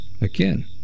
Again